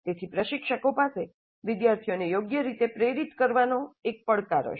તેથી પ્રશિક્ષકો પાસે વિદ્યાર્થીઓને યોગ્ય રીતે પ્રેરિત કરવાનો એક પડકાર હશે